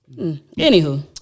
Anywho